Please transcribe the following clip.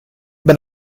been